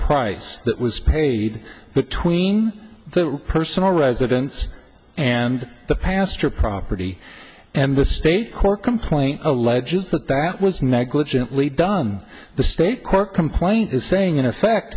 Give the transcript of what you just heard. price that was paid between the personal residence and the pasture property and the state court complaint alleges that that was negligently done the state court complaint is saying in effect